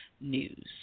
news